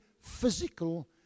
physical